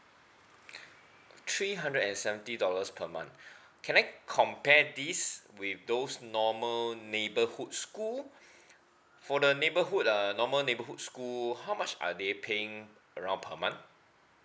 three hundred and seventy dollars per month can I compare this with those normal neighbourhood school for the neighborhood uh normal neighbourhood school how much are they paying around per month